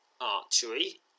Archery